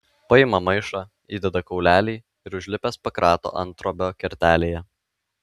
paima maišą įdeda kaulelį ir užlipęs pakrato anttrobio kertelėje